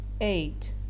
Eight